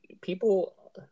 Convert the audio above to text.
People